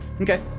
Okay